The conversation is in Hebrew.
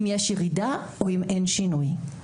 אם ירידה או אם אין שינוי.